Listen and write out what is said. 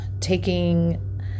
taking